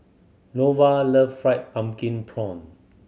Norval love fried pumpkin prawn